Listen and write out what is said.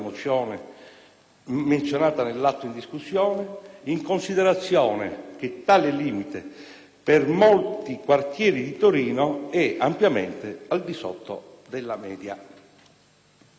menzionata nell'atto in discussione, in considerazione che tale limite, per molti quartieri di Torino, è ampiamente al di sotto della media.